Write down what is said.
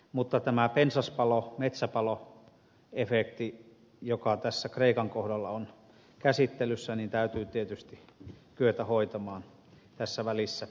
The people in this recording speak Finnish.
mutta tämä pensaspalo metsäpaloefekti joka tässä kreikan kohdalla on käsittelyssä täytyy tietysti kyetä hoitamaan tässä välissä